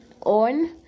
on